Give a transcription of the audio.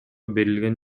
берилген